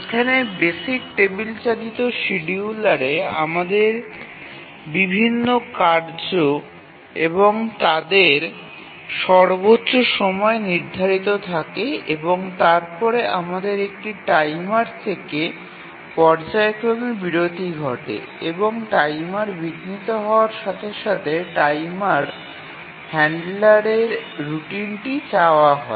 এখানে basic table চালিত শিডিয়ুলারে আমাদের বিভিন্ন কার্য এবং তাদের সর্বোচ্চ সময় নির্ধারিত থাকে এবং তারপরে আমাদের একটি টাইমার থেকে পর্যায়ক্রমে বিরতি ঘটে এবং টাইমার বিঘ্নিত হওয়ার সাথে সাথে টাইমার হ্যান্ডলারের রুটিনটি চাওয়া হয়